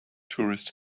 tourists